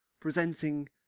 presenting